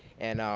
and